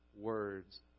words